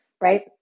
right